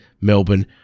Melbourne